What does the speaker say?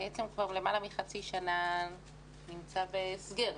בעצם כבר למעלה מחצי שנה נמצא בהסגר.